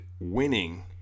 winning